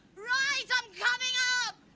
right. i'm coming up.